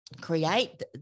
create